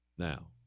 Now